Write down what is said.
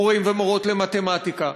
מורים ומורות למתמטיקה.